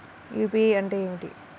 UPI అంటే ఏమిటి?